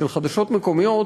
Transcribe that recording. של חדשות מקומיות,